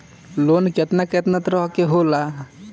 Loan केतना केतना तरह के होला?